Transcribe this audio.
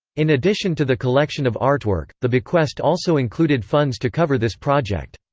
in addition to the collection of artwork, the bequest also included funds to cover this project.